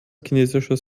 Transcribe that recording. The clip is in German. chinesisches